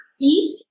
eat